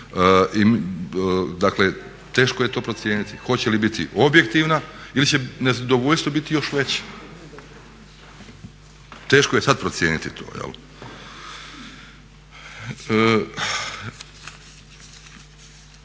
Dakle, teško je to procijeniti. Hoće li biti objektivna ili će nezadovoljstvo biti još veće? Teško je sad procijeniti to.